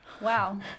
Wow